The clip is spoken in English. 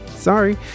Sorry